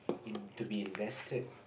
in to be invested